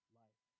life